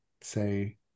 say